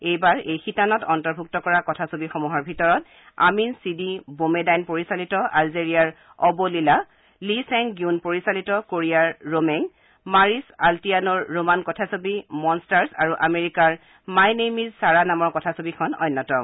এইবাৰ এই শিতানত অন্তৰ্ভুক্ত কৰা কথাছবিসমূহৰ ভিতৰত আমিন চিডি বোমেডাইন পৰিচালিত আলজেৰিয়াৰ Abou Leila Lee Chang Geun পৰিচালিত কোৰিয়াৰ ৰোমেঙ্গ মাৰিছ অশ্টিয়ানোৰ ৰোমান কথাছবি মনষ্টাৰ্ছ আৰু আমেৰিকাৰ মাই নেম ইজ ছাৰা নামৰ কথাছবিখন অন্যতম